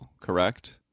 correct